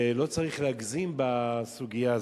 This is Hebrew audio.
ולא צריך להגזים בסוגיה הזו.